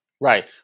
right